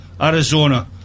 Arizona